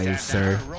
sir